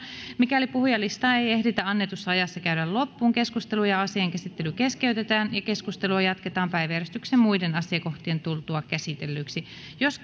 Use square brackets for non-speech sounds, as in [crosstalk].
mikäli puhujalistaa ei ehditä annetussa ajassa käydä loppuun keskustelu ja asian käsittely keskeytetään ja keskustelua jatketaan päiväjärjestyksen muiden asiakohtien tultua käsitellyiksi jos [unintelligible]